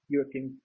European